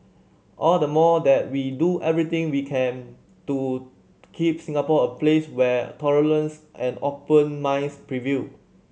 all the more that we do everything we can to keep Singapore a place where tolerance and open minds prevail